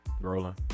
rolling